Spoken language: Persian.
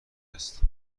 است